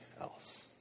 else